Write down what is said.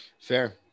Fair